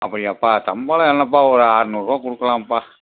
அப்டியாப்பா சம்பளம் என்னப்பா ஒரு ஆறுநூறுவா குடுக்கலாம்ப்பா